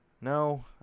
No